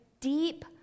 deep